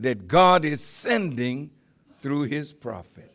that god is sending through his profit